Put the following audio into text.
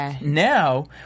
Now